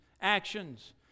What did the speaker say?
actions